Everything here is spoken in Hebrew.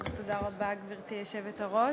תודה רבה, גברתי היושבת-ראש.